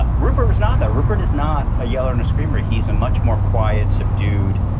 ah rupert was not that rupert is not a yeller and a screamer. he's a much more quiet, subdued,